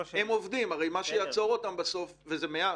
וזה מעט.